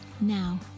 now